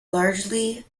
largely